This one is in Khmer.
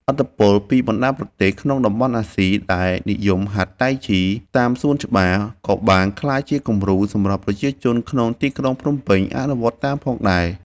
ឥទ្ធិពលពីបណ្ដាប្រទេសក្នុងតំបន់អាស៊ីដែលនិយមហាត់តៃជីតាមសួនច្បារ ក៏បានក្លាយជាគំរូសម្រាប់ប្រជាជនក្នុងទីក្រុងភ្នំពេញអនុវត្តតាមផងដែរ។